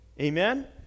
Amen